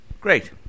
Great